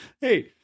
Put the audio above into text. hey